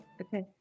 Okay